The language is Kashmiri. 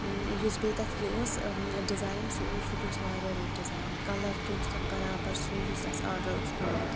یُس بیٚیہِ تَتھ یہِ ٲسۍ ڈِزایِن سُہ اوس سُہ تہِ اوس واریاہ رُت ڈِزایِن کَلَر تہِ اوس تَتھ برابر سُے یُس اَسہِ آرڈر اوس کوٚرمُت